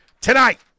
Tonight